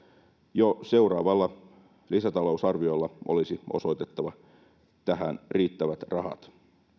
jo seuraavalla lisätalousarviolla olisi osoitettava tähän riittävät rahat